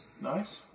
Nice